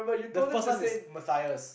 the first one is Matthias